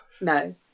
No